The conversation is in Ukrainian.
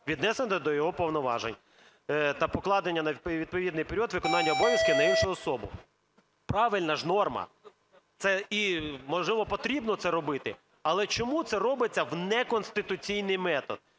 віднесено до його повноважень та покладення на відповідний період виконання обов'язків на іншу особу. Правильна ж норма. Це і, можливо, потрібно це робити. Але чому це робиться в неконституційний метод?